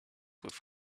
with